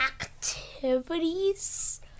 Activities